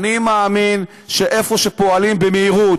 אני מאמין שאם פועלים במהירות,